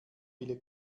viele